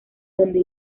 donde